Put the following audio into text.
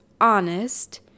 honest